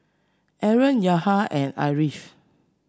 Aaron Yahya and Ariff